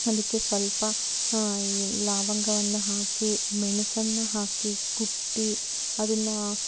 ಅದಕ್ಕೆ ಸ್ವಲ್ಪ ಈ ಲವಂಗವನ್ನ ಹಾಕಿ ಮೆಣಸನ್ನ ಹಾಕಿ ಕುಟ್ಟಿ ಅದನ್ನು